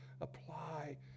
apply